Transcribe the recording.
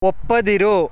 ಒಪ್ಪದಿರು